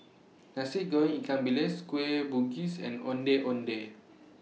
Nasi Goreng Ikan Bilis Kueh Bugis and Ondeh Ondeh